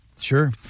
Sure